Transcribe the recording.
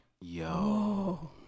yo